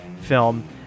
film